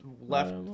left